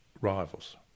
rivals